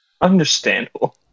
Understandable